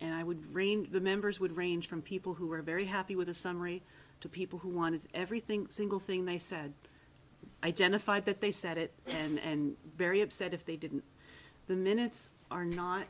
and i would bring the members would range from people who were very happy with the summary to people who wanted everything single thing they said identified that they said it and very upset if they didn't the minutes are not